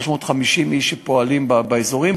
350 איש פועלים באזורים,